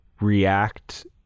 react